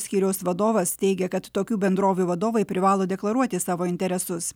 skyriaus vadovas teigia kad tokių bendrovių vadovai privalo deklaruoti savo interesus